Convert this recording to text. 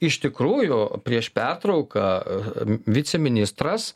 iš tikrųjų prieš pertrauką viceministras